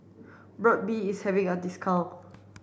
Burt bee is having a discount